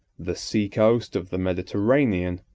the sea-coast of the mediterranean,